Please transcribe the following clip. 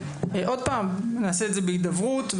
נעשה בהידברות.